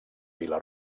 vila